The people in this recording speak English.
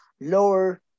lower